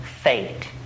Fate